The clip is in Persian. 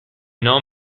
نام